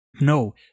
No